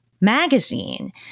magazine